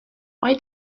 why